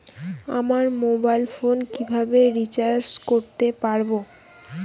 আমার mobile phone কিভাবে recharge করতে পারব?